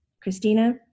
Christina